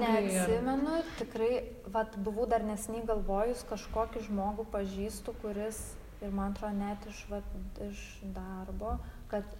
neatsimenu tikrai vat buvau dar neseniai galvojus kažkokį žmogų pažįstu kuris ir man atrodo net iš v iš darbo kad